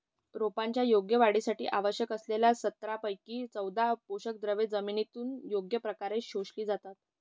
रोपांच्या योग्य वाढीसाठी आवश्यक असलेल्या सतरापैकी चौदा पोषकद्रव्ये जमिनीतून योग्य प्रकारे शोषली जातात